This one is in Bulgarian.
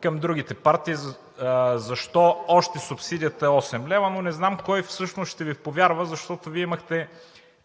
към другите партии – защо още субсидията е 8 лв., но не знам кой всъщност ще Ви повярва, защото Вие имахте